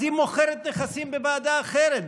אז היא מוכרת נכסים בוועדה אחרת,